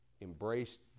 embraced